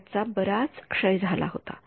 त्याचा बराच क्षय झाला होता